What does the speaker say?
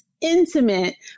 intimate